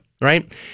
Right